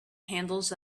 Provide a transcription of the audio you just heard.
handles